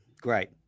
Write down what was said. Great